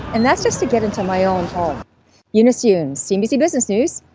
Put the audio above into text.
and that's just to get into my own eunice yoon, cnbc business news,